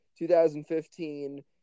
2015